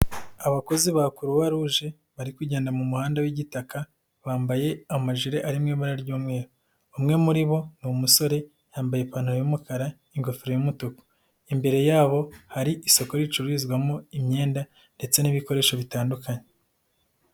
Abakozi ba Croix rouge bari kugenda mu muhanda w'igitaka bambaye amajire ari mu ibara ry'umweru. Umwe muri bo ni umusore yambaye ipantaro y'umukara ingofero y'umutuku imbere yabo hari isoko ricururizwamo imyenda ndetse n'ibikoresho bitandukanye.